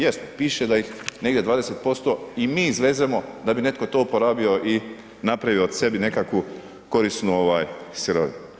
Jesmo, piše da ih negdje 20% i mi izvezemo da bi netko to uporabio i napravio sebi nekakvu korisnu sirovinu.